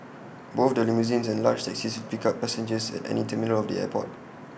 both the limousines and large taxis will pick up passengers at any terminal of the airport